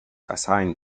assigned